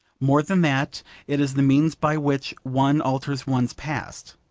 more than that it is the means by which one alters one's past.